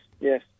yes